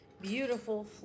beautiful